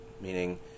Meaning